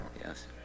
Yes